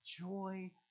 joy